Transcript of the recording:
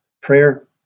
prayer